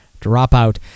dropout